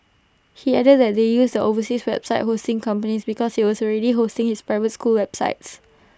he added that they used the overseas website hosting company because IT was already hosting his private school's website